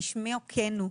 כשמו כן הוא,